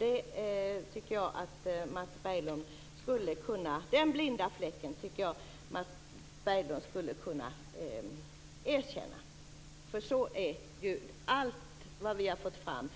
Jag tycker att Mats Berglind skulle kunna erkänna att den blinda fläcken finns. Allt vad vi har fått fram